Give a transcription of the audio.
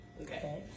Okay